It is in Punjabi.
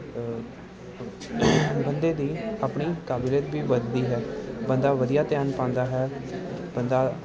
ਬੰਦੇ ਦੀ ਆਪਣੀ ਕਾਬਲੀਅਤ ਵੀ ਵੱਧਦੀ ਹੈ ਬੰਦਾ ਵਧੀਆ ਧਿਆਨ ਪਾਉਂਦਾ ਹੈ ਬੰਦਾ